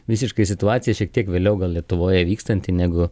visiškai situacija šiek tiek vėliau gal lietuvoje vykstanti negu